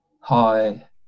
hi